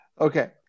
Okay